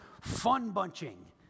fun-bunching